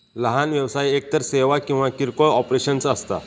लहान व्यवसाय एकतर सेवा किंवा किरकोळ ऑपरेशन्स असता